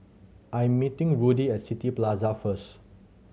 I'm meeting Rudy at City Plaza first